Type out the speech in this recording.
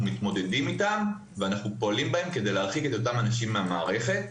מתמודדים איתם ופועלים בהם כדי להרחיק אותם אנשים מהמערכת.